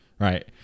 Right